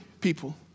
people